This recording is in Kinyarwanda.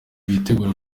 witegura